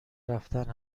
رفتن